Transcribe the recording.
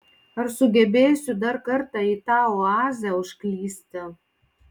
ar sugebėsiu dar kartą į tą oazę užklysti